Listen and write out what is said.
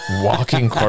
Walking